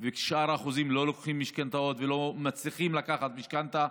ושאר האחוזים לא לוקחים משכנתאות ולא מצליחים לקחת משכנתה.